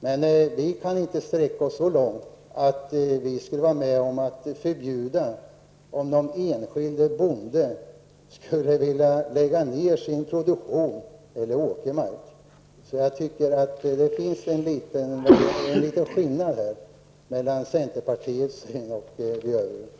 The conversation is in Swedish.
Men vi kan inte sträcka oss så långt som att förbjuda enskilda bönder att lägga ned sin produktion eller åkermark. Här finns en liten skillnad i synsättet mellan centerpartiet och övriga partier.